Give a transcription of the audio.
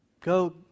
Go